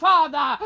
Father